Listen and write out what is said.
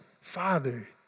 Father